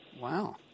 Wow